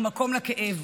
אין תאריך ומקום לכאב,